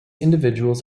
individuals